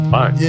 Fine